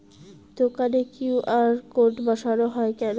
দোকানে QR code বসানো হয় কেন?